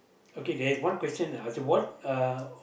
okay there's one question that I ask you what uh